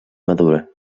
madura